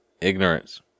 Ignorance